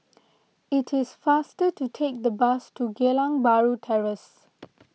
it is faster to take the bus to Geylang Bahru Terrace